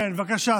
כן, בבקשה.